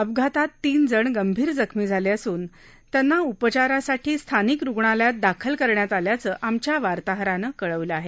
अपघातात तीन जण गंभीर जखमी झाले असून त्यांना उपचारासाठी स्थानिक रुग्णालयात दाखल करण्यात आल्याचं आमच्या वार्ताहरानं कळवलं आहे